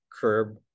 curb